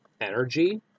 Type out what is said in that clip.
energy